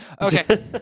Okay